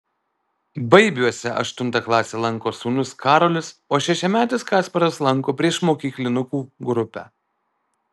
baibiuose aštuntą klasę lanko sūnus karolis o šešiametis kasparas lanko priešmokyklinukų grupę